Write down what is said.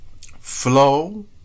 flow